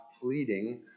fleeting